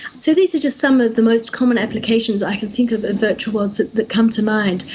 so these are just some of the most common applications i can think of of virtual worlds that come to mind,